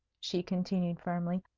she continued firmly,